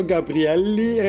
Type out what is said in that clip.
Gabrielli